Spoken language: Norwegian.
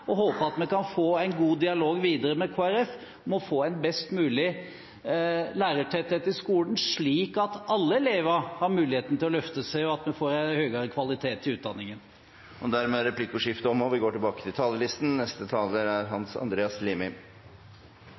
og håper at vi kan få en god dialog videre med Kristelig Folkeparti om å få en best mulig lærertetthet i skolen, slik at alle elever har muligheten til å løfte seg, og at vi får en høyere kvalitet i utdanningen. Dermed er replikkordskiftet omme. Jeg vil starte med å ønske Venstre velkommen inn i regjeringssamarbeidet. Det var en klok og naturlig beslutning. Vi